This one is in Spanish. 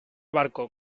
barco